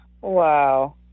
Wow